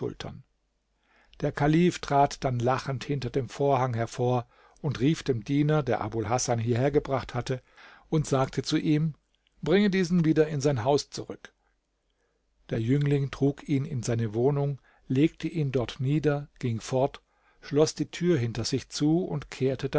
der kalif trat dann lachend hinter dem vorhang hervor und rief dem diener der abul hasan hierher gebracht hatte und sagte zu ihm bringe diesen wieder in sein haus zurück der jüngling trug ihn in seine wohnung legte ihn dort nieder ging fort schloß die tür hinter sich zu und kehrte